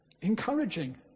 Encouraging